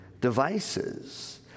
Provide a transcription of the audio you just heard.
devices